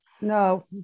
No